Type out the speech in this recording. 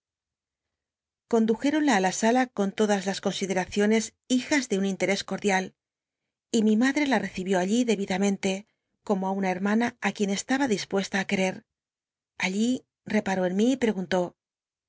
condujéronla ü la sala con todas las consideracionc's hijas de un interés cordial y mi madre la recibió allí debidamente como á una hermana ii quien estaba dispuesta á querer allí reparó en mi y prcguntú